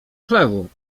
chlewu